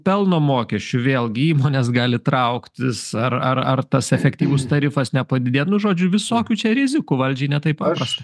pelno mokesčiu vėlgi įmonės gali trauktis ar ar tas efektyvus tarifas nepadididėt vienu žodžiu visokių čia rizikų valdžiai ne taip paprasta